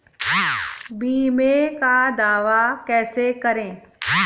बीमे का दावा कैसे करें?